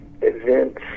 events